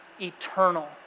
eternal